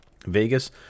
Vegas